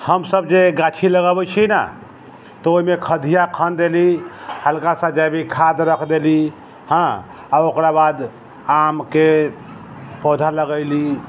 हमसब जे गाछी लगाबै छिए ने तऽ ओहिमे खदिआ खुनि देली हल्कासँ जैविक खाद रख देली हँ आओर ओकरा बाद आमके पौधा लगैली